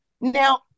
now